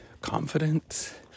confidence